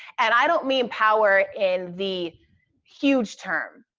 and i don't mean power in the huge term.